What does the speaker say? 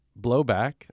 blowback